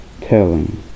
telling